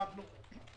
מי שמכיר את מירון,